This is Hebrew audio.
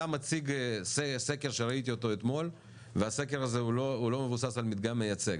אתה מציג סקר שראיתי אותו אתמול והסקר הזה לא מבוסס על מדגם מייצג,